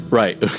right